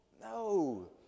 No